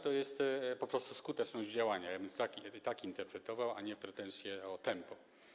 To jest po prostu skuteczność w działaniu - ja bym tak to interpretował, a nie miał pretensje o tempo.